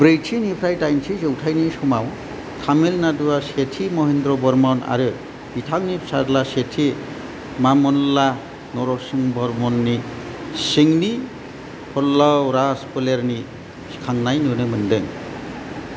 ब्रै'थि निफ्राय दाइन'थि जौथायनि समाव तमिलनाडुआ सेथि महेंद्रबर्मन आरो बिथांनि फिसाज्ला सेथि मामल्ला नरसिं हवर्मननि सिंनि पल्लव राज फोलेरनि सिखांनाय नुनो मोनदों